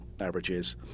averages